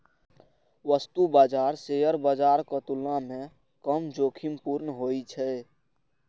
वस्तु बाजार शेयर बाजारक तुलना मे कम जोखिमपूर्ण होइ छै